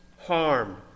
harm